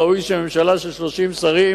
מן הראוי שבממשלה של 30 שרים,